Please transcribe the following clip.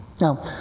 Now